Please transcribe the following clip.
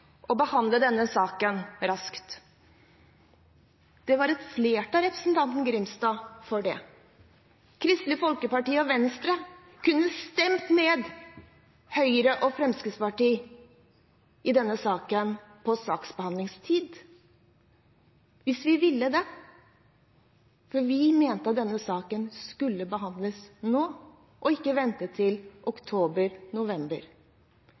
å behandle denne saken raskt. Det var et flertall for det. Kristelig Folkeparti og Venstre kunne ha stemt ned Høyre og Fremskrittspartiet i denne saken på saksbehandlingstid hvis vi ville det, men vi mente at denne saken skulle behandles nå og ikke vente til